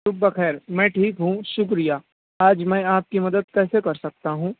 صبح بخیر میں ٹھیک ہوں شکریہ آج میں آپ کی مدد کیسے کر سکتا ہوں